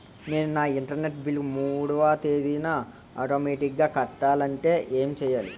నేను నా internet bill మూడవ తేదీన ఆటోమేటిగ్గా కట్టాలంటే ఏం చేయాలి?